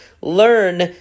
learn